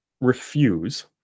refuse